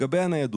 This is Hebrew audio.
לגבי הניידות.